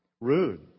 rude